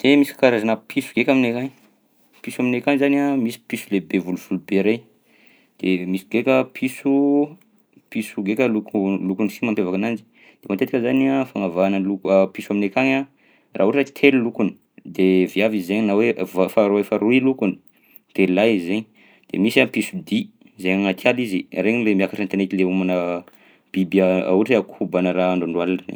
De misy karazana piso ndraika aminay akagny, piso aminay akany zany a misy piso le be volovolo be regny, de misy ndraika piso piso ndraika loko lokony si mampiavaka ananjy. De matetika zany a fagnavahana lok- piso aminay akagny a raha ohatra hoe telo lokony de viavy izy zainy na hoe va- fa roa fa roy i lokony de lahy izy zay. De misy a pisodia zay agnaty ala izy, regny lay miakatra an-tanety lay homana biby ohatra hoe akoho banà raha androandro alina regny.